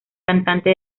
cantante